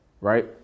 Right